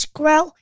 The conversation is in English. grow